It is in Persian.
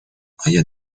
آیا